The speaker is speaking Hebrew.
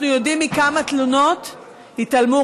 אנחנו יודעים מכמה תלונות התעלמו,